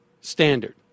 standard